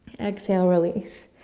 exhale, release.